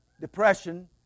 depression